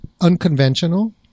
unconventional